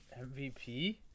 MVP